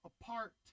apart